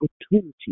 opportunity